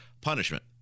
punishment